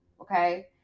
okay